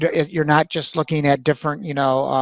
know, you're not just looking at different, you know,